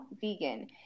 vegan